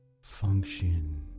function